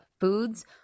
foods